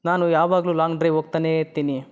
ನಾನು ಯಾವಾಗಲೂ long drive ಹೋಗ್ತನೇ ಇರ್ತೀನಿ